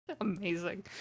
Amazing